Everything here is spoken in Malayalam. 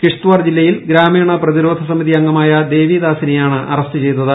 കിഷ്ത്വാർ ജില്ലയിൽ ഗ്രാമീണ പ്രതിരോയ സമിതി അംഗമായ ദേവിദാസിനെയാണ് അറസ്റ്റു ചെയ്തത്